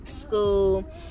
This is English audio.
school